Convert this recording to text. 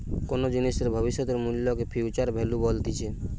কোনো জিনিসের ভবিষ্যতের মূল্যকে ফিউচার ভ্যালু বলতিছে